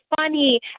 funny